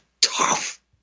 tough